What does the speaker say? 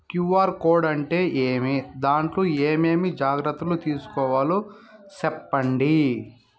QR code అంటే ఏమి? దాంట్లో ఏ ఏమేమి జాగ్రత్తలు తీసుకోవాలో సెప్పండి?